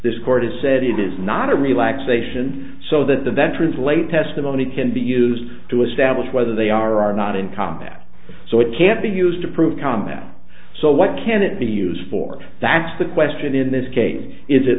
this court has said it is not a relaxation so that the veterans lay testimony can be used to establish whether they are not in combat so it can't be used to prove combat so what can it be used for that's the question in this case is